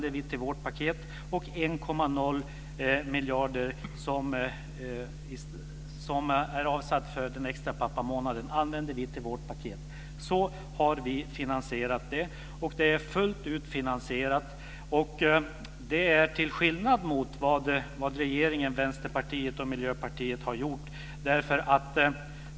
1,0 miljarder som är avsatta till den extra pappamånaden använder vi till vårt paket. Så har vi finansierat det. Det är fullt ut finansierat, och det till skillnad mot vad regeringen, Vänsterpartiet och Miljöpartiet har gjort.